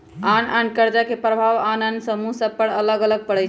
आन आन कर्जा के प्रभाव आन आन समूह सभ पर अलग अलग पड़ई छै